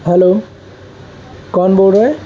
hello کون بول رہا ہے